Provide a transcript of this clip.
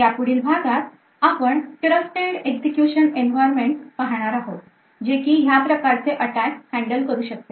यापुढील भागात आपण Trusted Execution Environments पाहणार आहोत जे की ह्या प्रकारचे attacks हँडल करू शकते